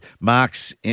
Mark's